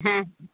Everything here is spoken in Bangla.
হ্যাঁ